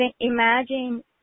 imagine